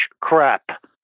crap